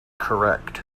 correct